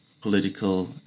political